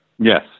Yes